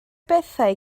bethau